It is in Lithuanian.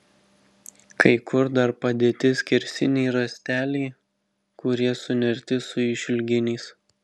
kai kur dar padėti skersiniai rąsteliai kurie sunerti su išilginiais